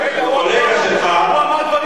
שהוא קולגה שלך,